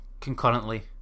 concurrently